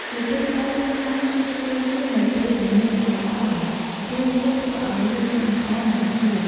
ជាទូទៅលៀសហាលគេធ្វើវានៅពេលដែលមេឃក្តៅខ្លាំង ព្រោះវាធ្វើអោយលៀសឆ្អិនល្អ និងស្ងួត។